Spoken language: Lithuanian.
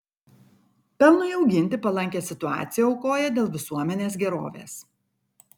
pelnui auginti palankią situaciją aukoja dėl visuomenės gerovės